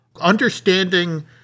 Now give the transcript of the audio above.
understanding